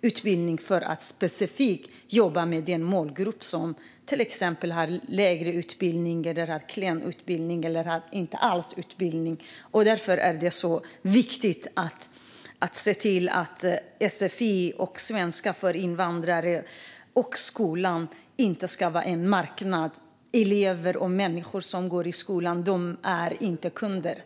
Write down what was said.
utbildning för att specifikt jobba med den målgrupp som till exempel har lägre utbildning, klen utbildning eller ingen utbildning alls. Därför är det så viktigt att se till att sfi, svenska för invandrare, och skolan inte ska vara en marknad. Elever, de människor som går i skolan, är inte kunder.